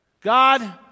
God